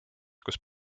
kus